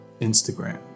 Instagram